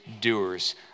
doers